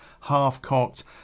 half-cocked